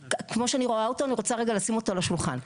כמו שאני רואה אותו ואני רוצה רגע לשים אותו על השולחן.